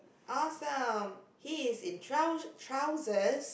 awesome he is in trou~ trousers